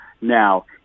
now